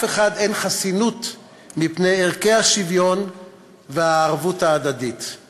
אחד אין חסינות מפני ערכי השוויון והערבות ההדדית;